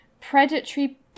Predatory